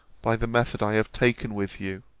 by the method i have taken with you.